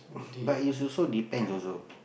but it's also depends also